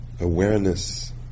awareness